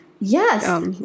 yes